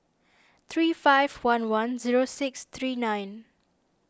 three five one one zero six three nine